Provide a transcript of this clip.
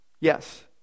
Yes